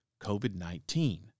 COVID-19